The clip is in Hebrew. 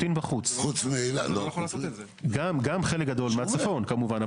גם חלק גדול מהצפון כמובן,